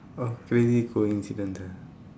oh crazy coincidence ah